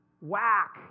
Whack